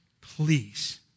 please